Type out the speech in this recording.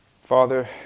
Father